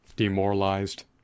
Demoralized